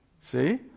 See